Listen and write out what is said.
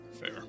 Fair